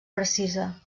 precisa